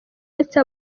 uretse